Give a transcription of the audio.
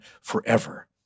forever